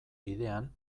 bidean